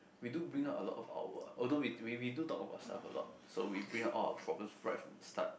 we do bring out a lot of our although we we do talk about stuff a lot so we bring out all our problems right from the start